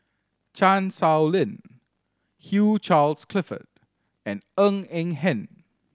Chan Sow Lin Hugh Charles Clifford and Ng Eng Hen